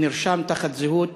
הוא נרשם תחת זהות